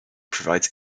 provides